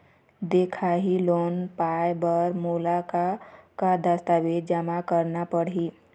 दिखाही लोन पाए बर मोला का का दस्तावेज जमा करना पड़ही?